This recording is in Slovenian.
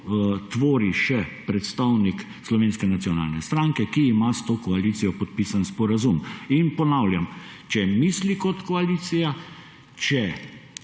tvori še predstavnik Slovenske nacionalne stranke, ki ima s to koalicijo podpisan sporazum. Ponavljam, če misli kot koalicija, če